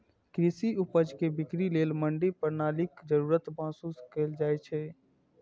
कृषि उपज के बिक्री लेल मंडी प्रणालीक जरूरत महसूस कैल जाइ छै